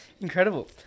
Incredible